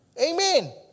Amen